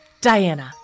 Diana